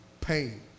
Pain